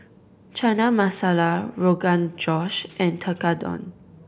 Chana Masala Rogan Josh and Tekkadon